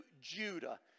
Judah